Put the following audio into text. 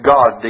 God